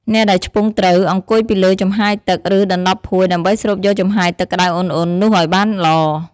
អ្នកដែលឆ្ពង់ត្រូវ អង្គុយពីលើចំហាយទឹក ឬដណ្ដប់ភួយ ដើម្បីស្រូបយកចំហាយទឹកក្តៅឧណ្ឌៗនោះឲ្យបានល្អ។